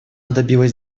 добилась